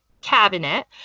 cabinet